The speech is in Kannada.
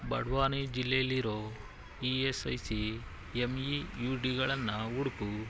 ಬಡ್ವಾನಿ ಜಿಲ್ಲೆಲ್ಲಿರೊ E S I C M E U ಡಿಗಳನ್ನು ಹುಡ್ಕು